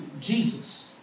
Jesus